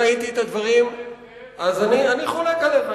אני חולק עליך.